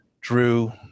Drew